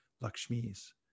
Lakshmi's